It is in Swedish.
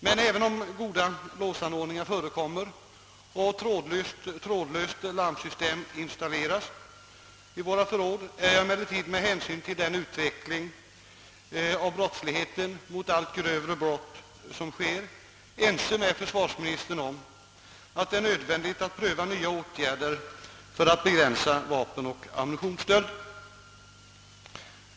Men även om goda låsanordningar förekommer och trådlöst larmsystem installeras i våra förråd, är jag med hänsyn till utvecklingen mot allt grövre brott ense med försvarsministern om att det är nödvändigt att pröva nya åtgärder för att begränsa vapenoch ammunitionsstölder.